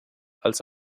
als